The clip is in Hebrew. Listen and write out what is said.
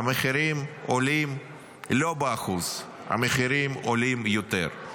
המחירים עולים לא ב-1%, המחירים עולים יותר.